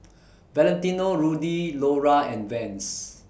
Valentino Rudy Lora and Vans